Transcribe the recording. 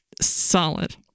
Solid